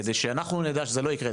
כדי שאנחנו נדע שזה לא ייקרה,